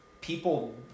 people